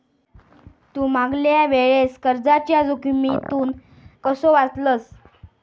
तू मागल्या वेळेस कर्जाच्या जोखमीतून कसो वाचलस